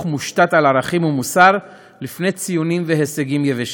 מושתת על ערכים ומוסר לפני ציונים והישגים יבשים.